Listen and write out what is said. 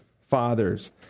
fathers